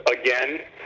again